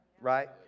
Right